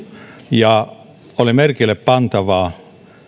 ja oli merkille pantavaa